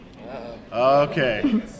Okay